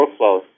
workflows